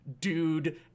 dude